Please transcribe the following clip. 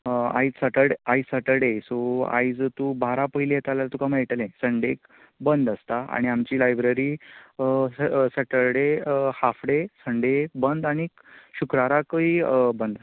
आयज सेटर Saturday so आयज तूं बारा पयली येता जाल्यार तुका मेळटले संडेक बंद आसता आनी आमची library Saturday half day Sunday बंद आनीक शुक्ररारकय बंद आसता